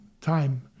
time